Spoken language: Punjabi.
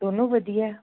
ਦੋਨੋਂ ਵਧੀਆ